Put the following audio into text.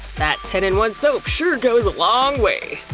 that ten in one soap sure goes a long way.